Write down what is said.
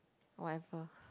whatever